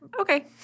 Okay